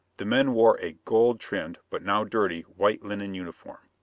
the men wore a gold-trimmed, but now dirty, white linen uniform,